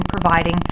providing